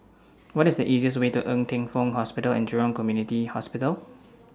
What IS The easiest Way to Ng Teng Fong Hospital and Jurong Community Hospital